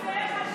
קטי.